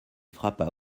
frappa